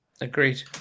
Agreed